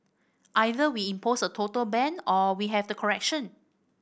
either we impose a total ban or we have to correction